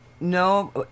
No